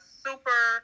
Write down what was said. super